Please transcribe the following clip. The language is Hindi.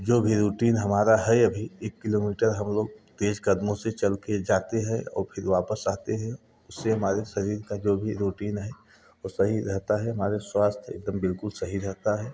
जो भी रूटीन हमारा है अभी एक किलोमीटर हम लोग तेज कदमों से चल के जाते हैं और फिर वापस आते हैं उससे हमारे शरीर का जो भी रूटीन है वो सही रहता है हमारे स्वास्थ्य एकदम बिल्कुल सही रहता है